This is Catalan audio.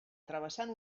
travessant